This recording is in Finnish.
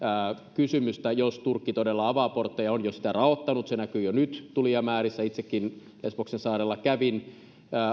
kysymystä jos turkki todella avaa portteja on jo niitä raottanut se näkyy jo nyt tulijamäärissä itsekin lesboksen saarella kävin